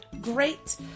great